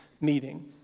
meeting